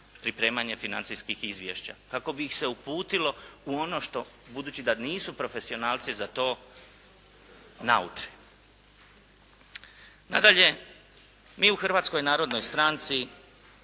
pripremanje financijskih izvješća. Kako bi ih se uputilo u ono što, budući da nisu profesionalci za to, nauče. Nadalje, mi u Hrvatskoj narodnoj stranci